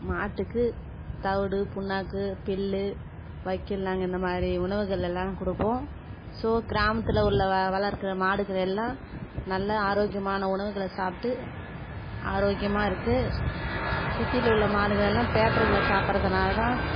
மாட்டுக்கு தவிடு புண்ணாக்கு புல்லு வைக்கோல் நாங்கள் இந்தமாதிரி உணவுகள் எல்லாம் கொடுப்போம் ஸோ கிராமத்தில் உள்ள வ வளர்க்கிற மாடுகளெல்லாம் நல்ல ஆரோக்கியமான உணவுகளை சாப்பிட்டு ஆரோக்கியமாக இருக்குது சிட்டியில உள்ள மாடுகள்லாம் பேப்பர்களை சாப்பிடுறதுனால தான்